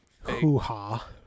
hoo-ha